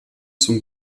zum